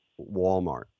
Walmart